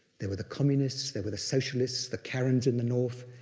there were the communists, there were the socialists, the karens in the north,